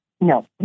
No